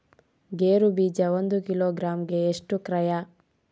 ಗೇರು ಬೀಜ ಒಂದು ಕಿಲೋಗ್ರಾಂ ಗೆ ಎಷ್ಟು ಕ್ರಯ?